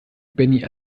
benny